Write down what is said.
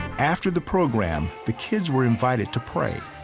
after the program, the kids were invited to pray,